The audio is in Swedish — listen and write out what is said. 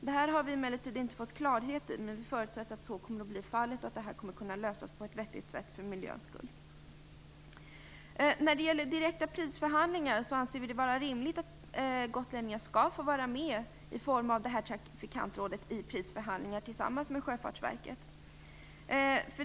Det här har vi emellertid inte fått klarhet i, men vi förutsätter att så kommer att bli fallet och att det här kommer att kunna lösas på ett vettigt sätt för miljöns skull. Vi anser det rimligt att gotlänningar genom det här trafikantrådet skall få vara med i prisförhandlingarna tillsammans med Sjöfartsverket.